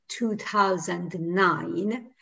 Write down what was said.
2009